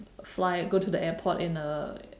fly go to the airport in a